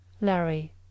Larry